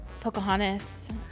Pocahontas